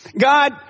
God